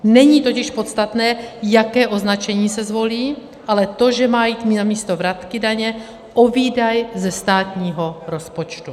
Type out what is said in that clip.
Není totiž podstatné, jaké označení se zvolí, ale to, že má jít namísto vratky daně o výdaj ze státního rozpočtu.